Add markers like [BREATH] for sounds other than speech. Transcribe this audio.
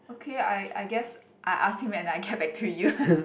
okay I I guess I ask him when I get [BREATH] back to you [LAUGHS]